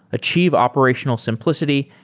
achieve operational simplicity,